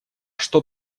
что